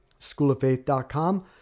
schooloffaith.com